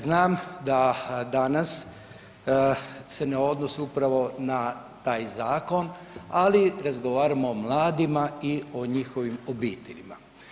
Znam da danas se ne odnosi upravo na taj zakon, ali razgovaramo o mladima i o njihovim obiteljima.